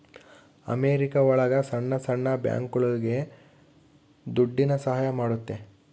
America ಒಳಗ ಸಣ್ಣ ಸಣ್ಣ ಬ್ಯಾಂಕ್ಗಳುಗೆ ದುಡ್ಡಿನ ಸಹಾಯ ಮಾಡುತ್ತೆ